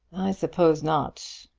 i suppose not.